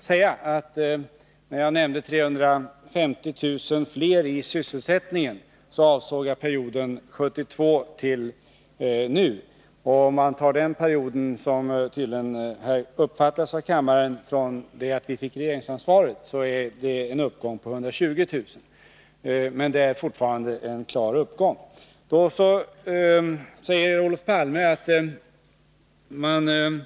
säga att jag, när jag nämnde att 350 000 fler personer har sysselsättning, avsåg perioden 1972 fram till i dag. Räknar man fr.o.m. den tidpunkt då vi fick regeringsansvaret blir det fråga om en uppgång på 120 000 personer. Fortfarande rör det sig alltså om en klar uppgång.